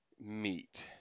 meet